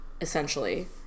essentially